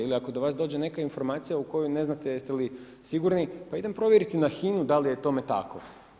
Ili ako do vas dođe neka informacija u kojoj ne znate jeste li sigurni, pa idem provjeriti na HINA-u da li je tome tako.